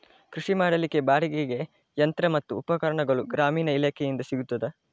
ಕೃಷಿ ಮಾಡಲಿಕ್ಕೆ ಬಾಡಿಗೆಗೆ ಯಂತ್ರ ಮತ್ತು ಉಪಕರಣಗಳು ಗ್ರಾಮೀಣ ಇಲಾಖೆಯಿಂದ ಸಿಗುತ್ತದಾ?